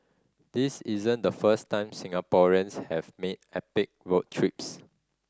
this isn't the first time Singaporeans have made epic road trips